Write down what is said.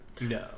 No